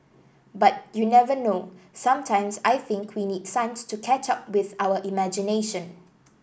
but you never know sometimes I think we need science to catch up with our imagination